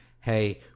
hey